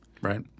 right